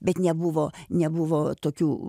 bet nebuvo nebuvo tokių